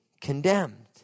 condemned